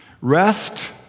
Rest